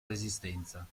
resistenza